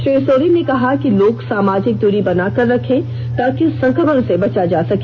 श्री सोरेन ने कहा है कि लोग समाजिक दूरी बनाकर रखें ताकि संकमण से बचा जा सके